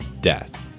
death